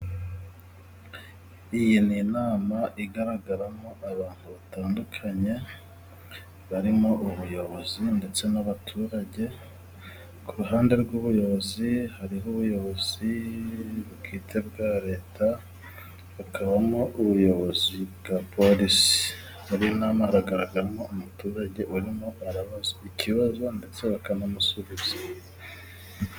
Iyi ni inama igaragaramo abantu batandukanye barimo ubuyobozi ndetse n'abaturage. Ku ruhande rw'ubuyobozi hariho ubuyobozi bwite bwa leta bukabamo ubuyobozi bwa polisi hari n'ama... agaragaramo umuturage urimo arabaza ikibazo ndetse bakanamusubiza.